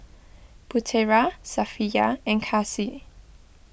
Putera Safiya and Kasih